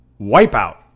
Wipeout